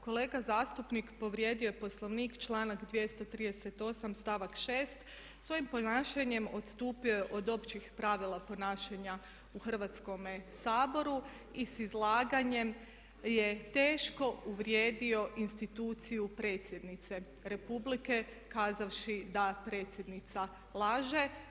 Kolega zastupnik povrijedio je Poslovnik, članak 238. st.6 svojim ponašanjem odstupio je od općih pravila ponašanja u Hrvatskome saboru i s izlaganjem je teško uvrijedio instituciju predsjednice Republike kazavši da predsjednica laže.